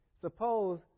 Suppose